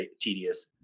tedious